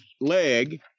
leg